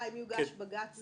מה קורה היום עם הילדים